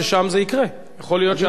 יכול להיות שההצעה הזאת, אני מאוד מקווה.